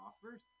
offers